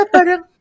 Parang